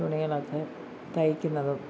തുണികളൊക്കെ തയ്ക്കുന്നതും